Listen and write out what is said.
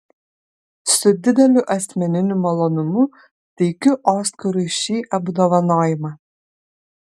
su dideliu asmeniniu malonumu teikiu oskarui šį apdovanojimą